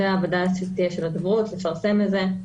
זו העבודה שתהיה לדוברות, לפרסם את זה.